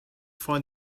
find